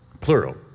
plural